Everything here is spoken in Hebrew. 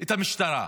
את המשטרה.